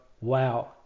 wow